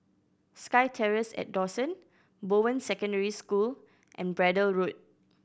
SkyTerrace at Dawson Bowen Secondary School and Braddell Road